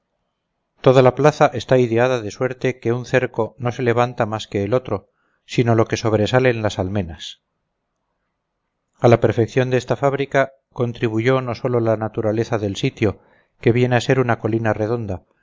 toda la plaza está ideada de suerte que un cerco no se levanta más que el otro sino lo que sobresalen las almenas a la perfección de esta fabrica contribuyó no solo la naturaleza del sitio que viene a ser una colina redonda